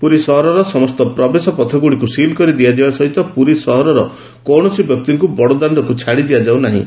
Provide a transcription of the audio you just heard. ପୁରୀ ସହରର ସମସ୍ତ ପ୍ରବେଶ ପଥ ଗୁଡିକୁ ସିଲ କରିଦିଆଯିବା ସହିତ ପୁରୀ ସହରର କୌଣସି ବ୍ୟକ୍ତିଙ୍କୁ ବଡଦାଶ୍ଡକ୍ ଛାଡି ଦିଆଯାଉନାହିଁ